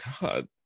god